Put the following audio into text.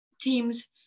teams